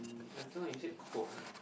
I don't know you said quote right